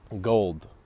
gold